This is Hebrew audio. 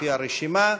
לפי הרשימה.